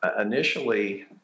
Initially